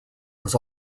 was